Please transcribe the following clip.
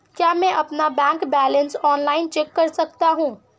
क्या मैं अपना बैंक बैलेंस ऑनलाइन चेक कर सकता हूँ?